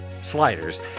sliders